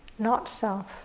not-self